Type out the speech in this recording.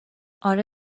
آره